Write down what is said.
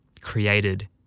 created